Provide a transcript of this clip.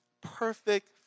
Perfect